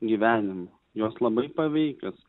gyvenimu jos labai paveikios